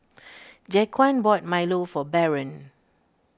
Jaquan bought Milo for Barron